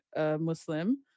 Muslim